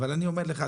אבל אני אומר לך,